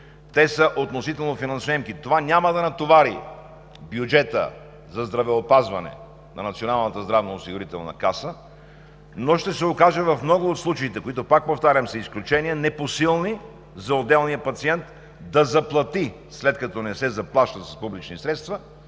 те са относително финансоемки. Това няма да натовари бюджета за здравеопазване на Националната здравноосигурителна каса, но ще се окаже в много от случаите – които, пак повтарям, са изключение, непосилни за отделния пациент да заплати своето лечение, след като не се заплаща с публични средства.